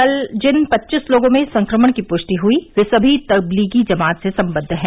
कल जिन पच्चीस लोगों में संक्रमण की पुष्टि हुई वे सभी तबलीगी जमात से सम्बद्ध हैं